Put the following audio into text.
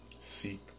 Seek